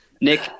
nick